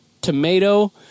tomato